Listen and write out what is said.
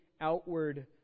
outward